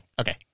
okay